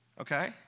okay